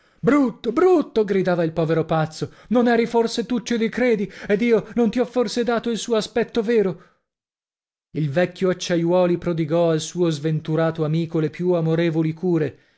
brutto brutto brutto gridava il povero pazzo non eri forse tuccio di credi ed io non ti ho forse dato il tuo aspetto vero il vecchio acciaiuoli prodigò al suo sventurato amico le più amorevoli cure